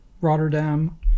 Rotterdam